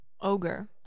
Ogre